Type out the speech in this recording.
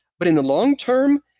but in the long term,